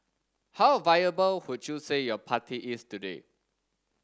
how a viable would you say your party is today